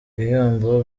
ibihembo